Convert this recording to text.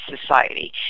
society